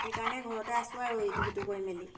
সেইকাৰণে ঘৰতে আছোঁ আৰু ইটো সিটো কৰি মেলি